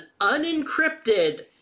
unencrypted